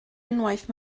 unwaith